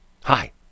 Hi